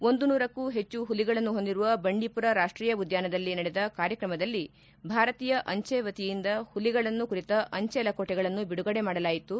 ಒಂದು ನೂರಕ್ಕೂ ಹೆಚ್ಚು ಹುಲಿಗಳನ್ನು ಹೊಂದಿರುವ ಬಂಡೀಪುರ ರಾಷ್ಟೀಯ ಉದ್ಘಾನದಲ್ಲಿ ನಡೆದ ಕಾರ್ಯಕ್ರಮದಲ್ಲಿ ಭಾರತೀಯ ಅಂಚೆ ವತಿಯಿಂದ ಹುಲಿಗಳನ್ನು ಕುರಿತ ಅಂಚೆ ಲಕೋಟೆಗಳನ್ನು ಬಿಡುಗಡೆ ಮಾಡಲಾಯಿತು